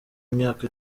imyaka